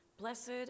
Blessed